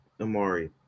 Amari